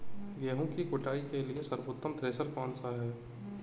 गेहूँ की कुटाई के लिए सर्वोत्तम थ्रेसर कौनसा है?